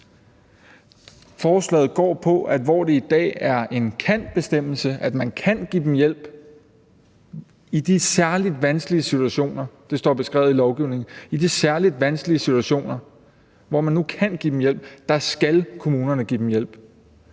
Forslaget går ud på, at hvor det i dag er en »kan«-bestemmelse, sådan at man kan give dem hjælp i de særlig vanskelige situationer – det står beskrevet i lovgivningen – hvor man nu kan give dem hjælp, så skal kommunerne give dem hjælp.